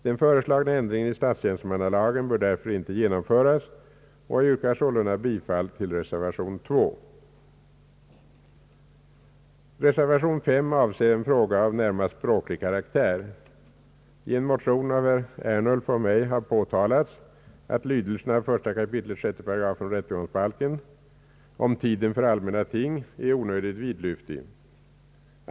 Den föreslagna ändringen i statstjänstemannalagen bör därför icke genomföras, och jag yrkar sålunda bifall till reservation 2. Reservation 5 avser en fråga av närmast språklig karaktär. I en motion av herr Ernulf och mig har påtalats att lydelsen av 1 kap. 6 § rättegångsbalken om tiden för allmänna ting är onödigt vidlyftig.